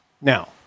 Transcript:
Now